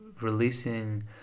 releasing